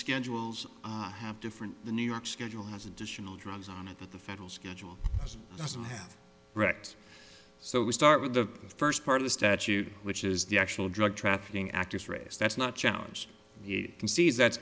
schedules on have different the new york schedule has additional drugs on it that the federal schedule doesn't have wrecked so we start with the first part of the statute which is the actual drug trafficking actus reus that's not challenged he concedes that